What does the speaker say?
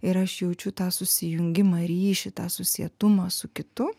ir aš jaučiu tą susijungimą ryšį tą susietumą su kitu